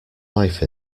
life